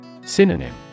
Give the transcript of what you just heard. Synonym